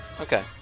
Okay